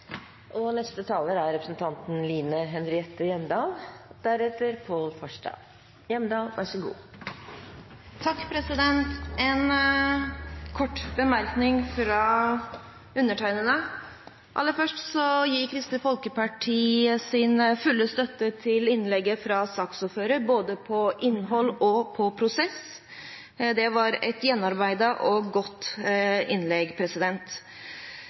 En kort bemerkning fra undertegnede: Aller først så gir Kristelig Folkeparti sin fulle støtte til innlegget fra saksordføreren når det gjelder både innhold og prosess. Det var et gjennomarbeidet og godt innlegg.